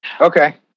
Okay